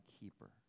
keeper